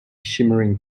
shimmering